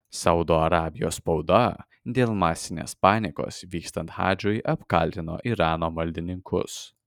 saudo arabijos spauda dėl masinės panikos vykstant hadžui apkaltino irano maldininkus